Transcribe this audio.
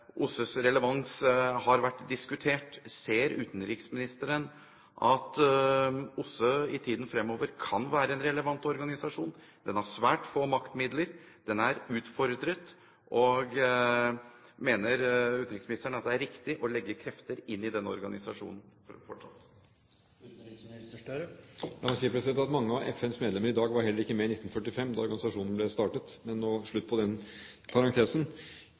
OSSEs relevans har vært diskutert. Ser utenriksministeren at OSSE i tiden fremover kan være en relevant organisasjon? Den har svært få maktmidler, og den er utfordret. Mener utenriksministeren at det er riktig å legge krefter inn i den organisasjonen fortsatt? Mange av FNs medlemmer i dag var heller ikke med i 1945, da organisasjonen ble startet. Men slutt på den